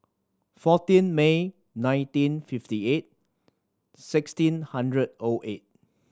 fourteen May nineteen fifty eight sixteen hundred O eight